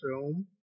film